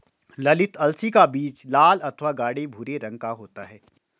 ललीत अलसी का बीज लाल अथवा गाढ़े भूरे रंग का होता है